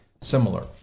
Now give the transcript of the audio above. similar